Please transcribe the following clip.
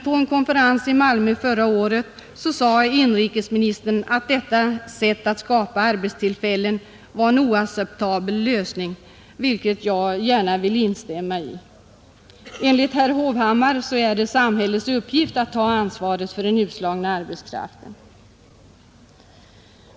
På en konferens i Malmö förra året sade han emellertid att detta sätt att skapa arbetstillfällen var en oacceptabel lösning, vilket jag gärna vill instämma i. Enligt herr Hovhammar är det samhällets uppgift att ta ansvaret för den utslagna arbetskraften.